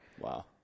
Wow